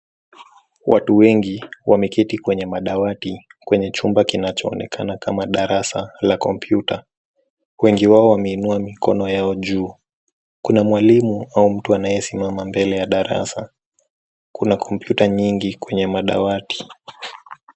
Watu wengi wameketi kwenye madawati kwenye chumba kinacho onekana kama darasa la kompyuta, wengi wao wameinua mikono ya juu, kuna mwalimu au mtu anayesimama mbele ya darasa, kuna kompyuta nyingi kwenye madawati.